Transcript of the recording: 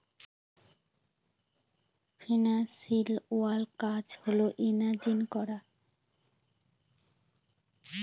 financial কাজ হল analyse করা